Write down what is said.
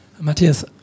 Matthias